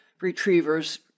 retriever's